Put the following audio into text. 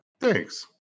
thanks